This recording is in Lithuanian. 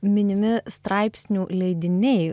minimi straipsnių leidiniai